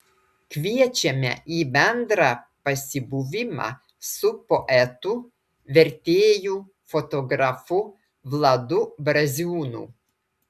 kviečiame į bendrą pasibuvimą su poetu vertėju fotografu vladu braziūnu